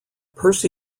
percy